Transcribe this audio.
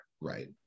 Right